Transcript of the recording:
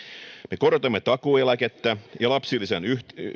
me korotamme takuueläkettä ja lapsilisän